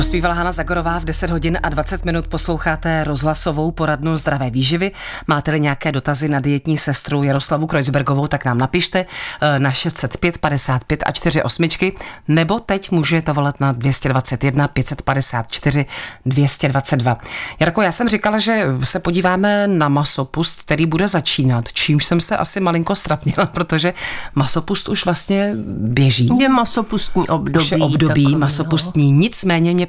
Zpívala Hana Zagorová v 10 hodin a 20 minut. Posloucháte rozhlasovou poradnu Zdravé výživy. Máte-li nějaké dotazy na dietní sestru Jaroslavu Kreuzbergovou, tak nám napište, eh, na 605 a 48 nebo teď můžete volat na 221 554 222. Jarko, já jsem říkala, že se podíváme na masopust, který bude začínat, čímž jsem se asi malinko strapnila, protože masopust už vlastně běží. Je masopustní Už je období období takový, no. masopustní. Nicméně